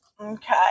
Okay